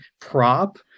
prop